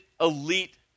elite